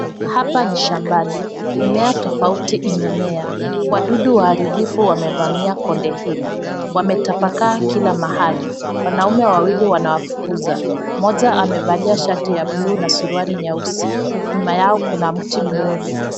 Hapa ni shambani. Mimea tofauti imemea. Wadudu waharibifu wamevamia konde hili. Wametapakaa kila mahali. Wanaume wawili wanawafukuza. Moja amevalia shati ya bluu na suruali nyeusi. Nyuma yao kuna mti mrefu.